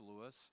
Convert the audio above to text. Lewis